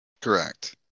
Correct